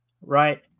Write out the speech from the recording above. Right